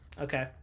okay